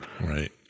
right